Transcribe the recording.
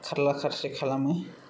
खारला खारसि खालामो